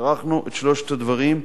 כרכנו את שלושת הדברים,